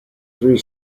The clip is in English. three